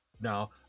Now